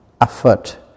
effort